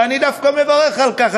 ואני דווקא מברך על כך,